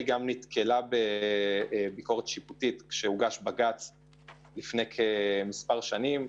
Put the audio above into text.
היא נתקלה בביקורת שיפוטית כשהוגש בג"ץ לפני מספר שנים.